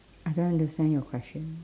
I don't understand your question